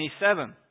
27